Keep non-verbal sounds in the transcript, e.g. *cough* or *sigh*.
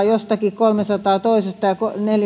*unintelligible* jostakin kolmestasadasta toisesta ja neljästäsadasta